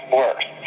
worse